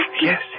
Yes